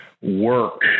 work